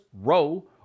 row